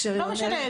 זה לא משנה,